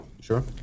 Sure